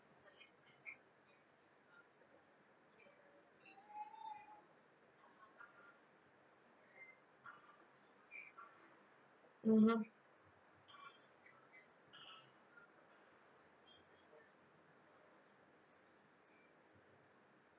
mmhmm